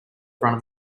front